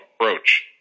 approach